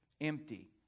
empty